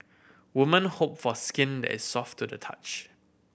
woman hope for skin that is soft to the touch